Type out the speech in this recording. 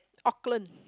Auckland